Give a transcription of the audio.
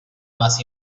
más